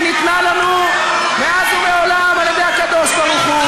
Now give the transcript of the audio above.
היא ניתנה לנו מאז ומעולם על-ידי הקדוש-ברוך-הוא.